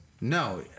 No